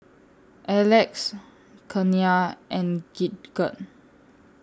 Alex Kenia and Gidget